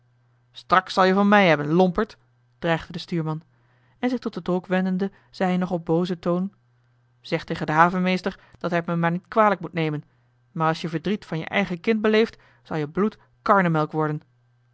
nek straks zal je van mij hebben lomperd dreigde de stuurman en zich tot den tolk wendende zei hij nog op boozen toon joh h been paddeltje de scheepsjongen van michiel de ruijter zeg tegen den havenmeester dat hij t me maar niet kwalijk moet nemen maar als je verdriet van je eigen kind beleeft zou-je bloed karnemelk worden